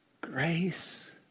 grace